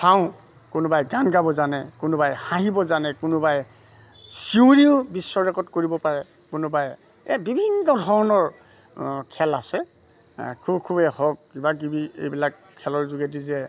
চাওঁ কোনোবাই গান গাব জানে কোনোবাই হাঁহিব জানে কোনোবাই চিঞৰিও বিশ্ব ৰেকৰ্ড কৰিব পাৰে কোনোবাই এই বিভিন্ন ধৰণৰ খেল আছে খু খুৱে হওক কিবা কিবি এইবিলাক খেলৰ যোগেদি যে